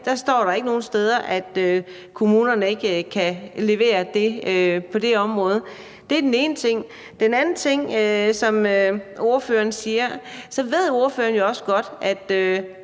står der ikke nogen steder, at kommunerne ikke kan levere det på det område. Det er den ene ting. Der er en anden ting, som ordføreren siger. Ordføreren ved jo også godt, at